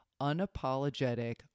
unapologetic